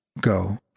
go